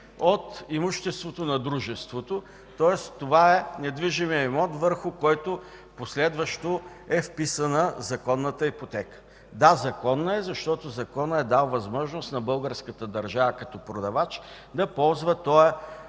от имуществото на дружеството – недвижимия имот, върху който последващо е вписана законната ипотека. Да, законна е, защото законът е дал възможност на българската държава като продавач да ползва този,